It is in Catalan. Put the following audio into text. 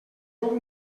ruc